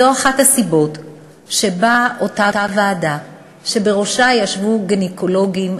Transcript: זו אחת הסיבות שבאה אותה ועדה שבראשה ישבו גינקולוגים,